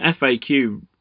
FAQ